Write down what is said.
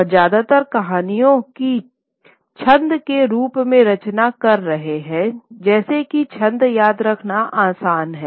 और ज्यादातर कहानियां की छंद के रूप में रचना कर रहे हैं जैसा की छंद याद रखना आसान है